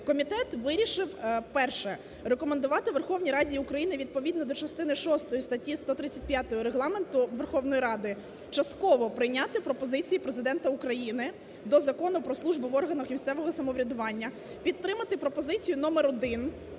комітет вирішив: перше – рекомендувати Верховній Раді України відповідно до частини шостої статті 135 Регламенту Верховної Ради частково прийняти пропозиції Президента України до Закону "Про службу в органах місцевого самоврядування", підтримати пропозицію номер